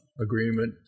agreement